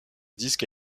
disque